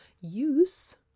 use